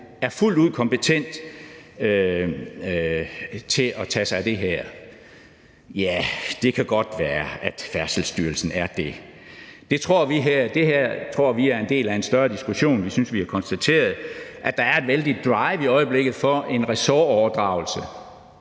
er fuldt ud kompetent til at tage sig af det her. Ja, det kan godt være, at Færdselsstyrelsen er det. Vi tror, det her er en del af en større diskussion. Vi synes, vi har konstateret, at der er et vældigt drive i øjeblikket for en ressortoverdragelse